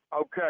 Okay